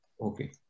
Okay